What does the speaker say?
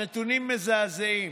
הנתונים מזעזעים.